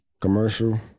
Commercial